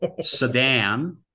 sedan